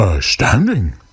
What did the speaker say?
Standing